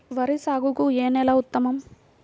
వరి సాగుకు ఏ నేల ఉత్తమం?